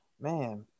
man